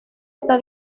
está